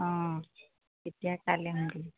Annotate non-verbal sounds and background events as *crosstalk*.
অঁ তেতিয়া কাইলৈ *unintelligible*